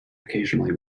occasionally